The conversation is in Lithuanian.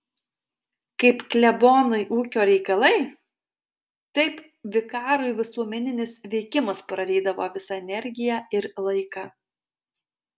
kaip klebonui ūkio reikalai taip vikarui visuomeninis veikimas prarydavo visą energiją ir laiką